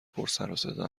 پرسروصدا